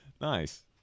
Nice